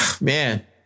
man